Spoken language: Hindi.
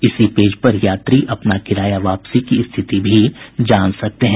इसी पेज पर यात्री अपना किराया वापसी की स्थिति भी जान सकते हैं